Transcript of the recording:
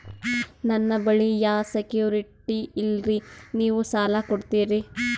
ನನ್ನ ಬಳಿ ಯಾ ಸೆಕ್ಯುರಿಟಿ ಇಲ್ರಿ ನೀವು ಸಾಲ ಕೊಡ್ತೀರಿ?